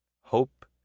Hope